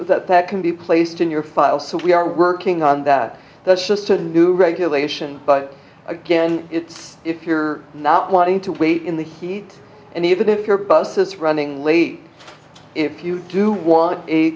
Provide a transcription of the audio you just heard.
that that can be placed in your files so we are working on that that's just a new regulation but again it's if you're not wanting to wait in the heat and even if your bus is running late if you do want a